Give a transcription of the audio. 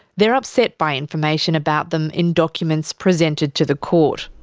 they're upset by information about them in documents presented to the court.